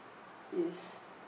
is